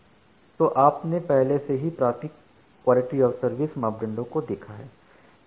तो आपने पहले से ही प्राथमिक क्वालिटी ऑफ़ सर्विस मापदंडों को देखा है